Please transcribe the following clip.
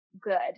good